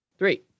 Three